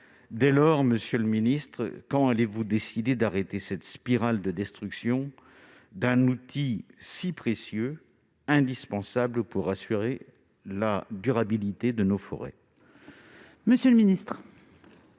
Dès lors, monsieur le ministre, quand allez-vous décider de mettre un terme à cette spirale de destruction d'un outil si précieux, indispensable pour assurer la durabilité de nos forêts ? La parole est à